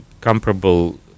comparable